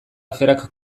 aferak